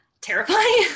terrifying